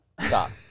stop